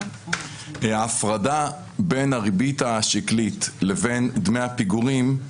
ההפרדה בין הריבית השקלית לבין דמי הפיגורים,